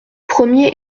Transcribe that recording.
premier